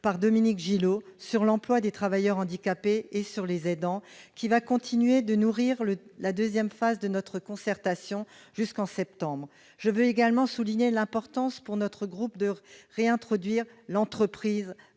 par Dominique Gillot sur l'emploi des travailleurs handicapés et sur les aidants qui va continuer de nourrir la deuxième phase de concertation jusqu'au mois de septembre. Je veux également souligner l'importance pour mon groupe de réintroduire l'entreprise